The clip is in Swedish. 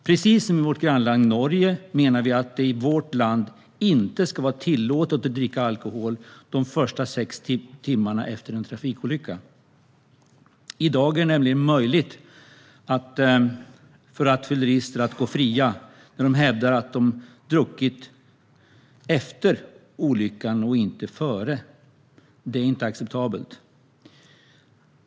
Precis som i vårt grannland Norge menar vi att det i vårt land inte ska vara tillåtet att dricka alkohol de första sex timmarna efter en trafikolycka. I dag är det nämligen möjligt för rattfyllerister att gå fria om de hävdar att de druckit efter och inte före olyckan. Detta är inte acceptabelt.